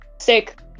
sick